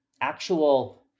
actual